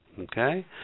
Okay